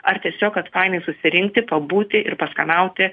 ar tiesiog kad fainai susirinkti pabūti ir paskanauti